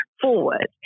forward